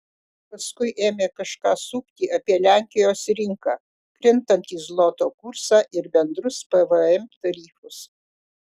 paskui ėmė kažką sukti apie lenkijos rinką krintantį zloto kursą ir bendrus pvm tarifus